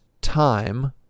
time